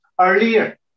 Earlier